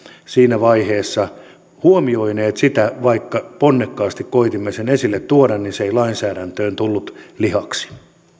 siinä vaiheessa huomioineet sitä vaikka ponnekkaasti koetimme sen esille tuoda niin se ei lainsäädäntöön tullut lihaksi